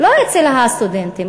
לא אצל הסטודנטים,